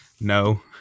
no